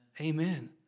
Amen